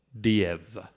Diaz